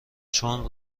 چون